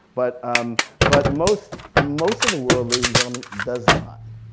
but um but most most of the world ladies and gentlemen, does not.